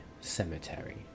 cemetery